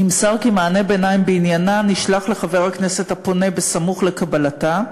נמסר כי מענה ביניים בעניינה נשלח לחבר הכנסת הפונה בסמוך לקבלתה,